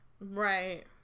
Right